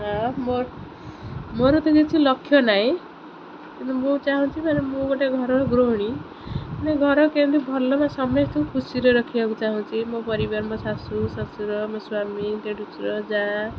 ଆଉ ମୋ ମୋର ତ କିଛି ଲକ୍ଷ୍ୟ ନାହିଁ କିନ୍ତୁ ମୁଁ ଚାହୁଁଛି ମାନେ ମୁଁ ଗୋଟେ ଘରର ଗୃହିଣୀ ମାନେ ଘର କେମିତି ଭଲ ମାନେ ସମସ୍ତେ ଖୁସିରେ ରଖିବାକୁ ଚାହୁଁଛି ମୋ ପରିବାର ମୋ ଶାଶୁ ଶଶୁର ମୋ ସ୍ୱାମୀ ଦେଢଶୁର ଯା